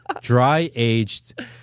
dry-aged